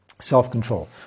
self-control